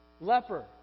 leper